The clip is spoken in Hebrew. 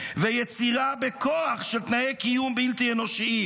ויצירה בכוח של תנאי קיום בלתי אנושיים.